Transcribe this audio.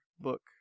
book